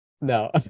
No